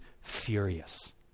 furious